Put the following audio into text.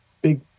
big